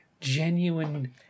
genuine